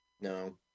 no